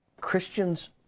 Christians